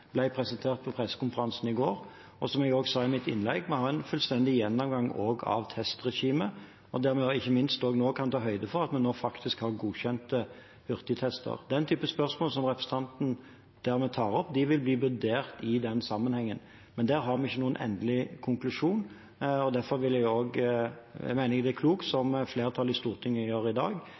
presentert på pressekonferansen i går, og som jeg sa i mitt innlegg, har vi en fullstendig gjennomgang også av testregimet, og ikke minst at vi nå kan ta høyde for at vi faktisk har godkjente hurtigtester. Den typen spørsmål som representanten tar opp, vil bli vurdert i den sammenhengen. Der har vi ikke tatt noen endelig konklusjon, og derfor mener jeg det er klokt, som flertallet i Stortinget gjør i dag,